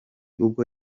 ubwo